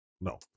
no